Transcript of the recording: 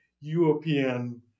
European